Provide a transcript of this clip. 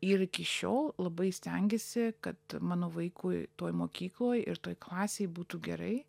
ir iki šiol labai stengiasi kad mano vaikui toj mokykloj ir toj klasėj būtų gerai